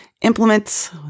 Implement